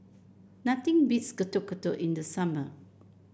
nothing beats Getuk Getuk in the summer